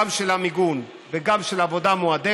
גם של המיגון וגם של עבודה מועדפת,